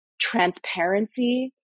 transparency